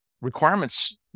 Requirements